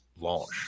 launch